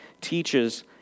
teaches